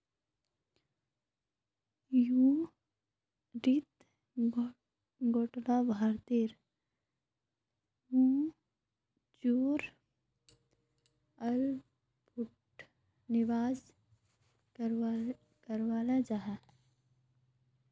युटीआईत गोटा भारतेर म्यूच्यूअल फण्ड निवेश कराल जाहा